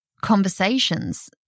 conversations